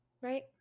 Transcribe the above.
Right